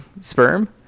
sperm